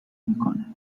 میکنه